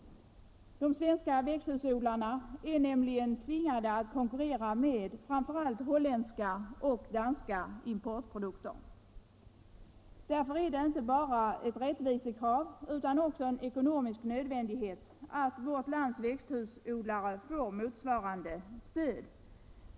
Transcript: De svenska växthusodlarna är nämligen tvingade att konkurrera med framför allt holländska och danska importprodukter. Därför är det inte bara ett rättvisekrav utan också en ekonomisk nödvändighet att vårt lands växthusföretagare får motsvarande stöd.